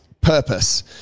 purpose